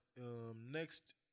next